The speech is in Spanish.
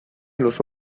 los